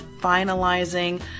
finalizing